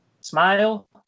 Smile